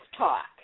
Talk